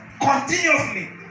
continuously